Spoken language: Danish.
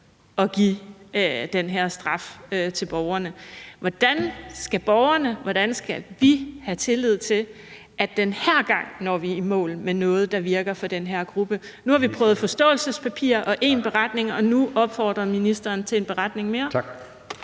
at give den her straf til borgerne. Hvordan skal borgerne, og hvordan skal vi have tillid til, at vi den her gang når i mål med noget, der virker for den her gruppe? Nu har vi prøvet et forståelsespapir og en beretning, og nu opfordrer ministeren til en beretning mere. Kl.